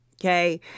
Okay